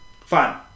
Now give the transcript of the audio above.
fine